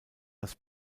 das